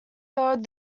heard